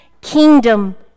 kingdom